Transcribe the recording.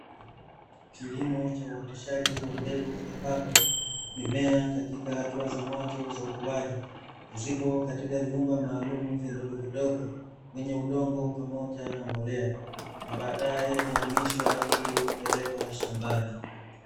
Kilimo cha uoteshaji wa mbegu ambapo mimea katika hatua za mwanzo za ukuaji zipo katika vyumba maalumu vidogo vidogo vyenye udongo pamoja na mbolea. Na baadae huhamishwa ili kupelekwa shambani.